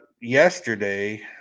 yesterday